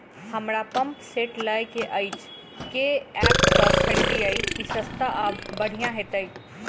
हमरा pump set लय केँ अछि केँ ऐप सँ खरिदियै की सस्ता आ बढ़िया हेतइ?